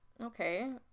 Okay